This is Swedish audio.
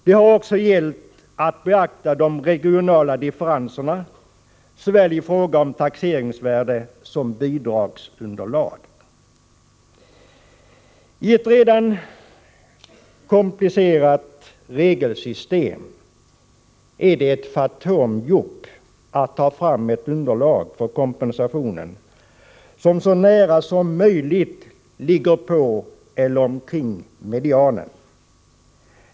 Det har också gällt att beakta de regionala differenserna i fråga om såväl taxeringsvärde som bidragsunderlag. I ett redan komplicerat regelsystem är det ett fantomarbete att ta fram ett underlag för kompensationen, vilket — så nära som möjligt — ligger på eller omkring medianen.